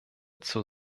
zur